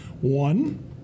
One